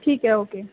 ٹھیک ہے اوکے